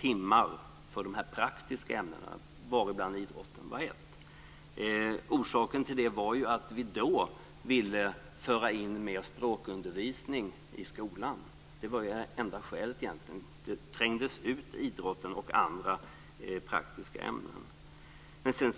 timmar för de praktiska ämnena, varav idrotten var ett ämne. Orsaken var ju att man då ville föra in mer språkundervisning i skolan. Det var egentligen enda skälet. Då trängdes idrotten och andra praktiska ämnen ut.